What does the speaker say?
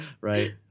Right